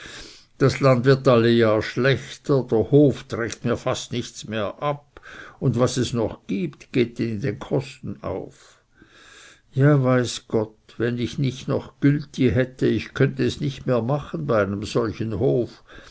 das land wird alle jahr schlechter der hof trägt mir fast nichts mehr ein und was es noch gibt geht in den kosten auf ja weiß gott wenn ich nicht noch gülti hätte ich könnte es nicht mehr machen bei einem solchen hof